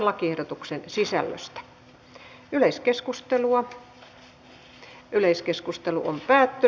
lakiehdotuksen ensimmäinen käsittely päättyi